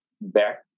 back